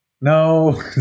No